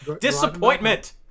Disappointment